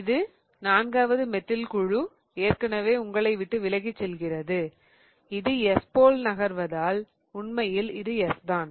இந்த நான்காவது மெத்தில் குழு ஏற்கனவே உங்களை விட்டு விலகிச் செல்கிறது இது S போல் நகர்வதால் உண்மையில் இது S